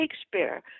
Shakespeare